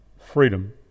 Freedom